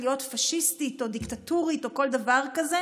להיות פשיסטית או דיקטטורית או כל דבר כזה